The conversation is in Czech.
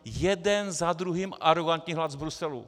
Jeden za druhým arogantní hlas z Bruselu.